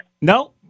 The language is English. No